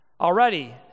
already